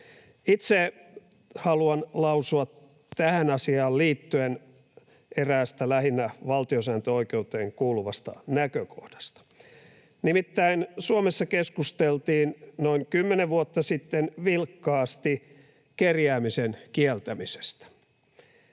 Itse haluan lausua tähän asiaan liittyen eräästä lähinnä valtiosääntöoikeuteen kuuluvasta näkökohdasta. Nimittäin Suomessa keskusteltiin noin kymmenen vuotta sitten vilkkaasti kerjäämisen kieltämisestä.